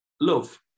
love